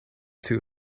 too